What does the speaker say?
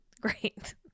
great